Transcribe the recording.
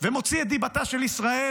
ומוציא את דיבתה של ישראל